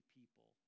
people